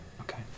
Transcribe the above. Okay